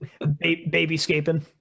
Babyscaping